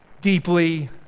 deeply